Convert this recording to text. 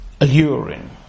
alluring